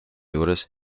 juures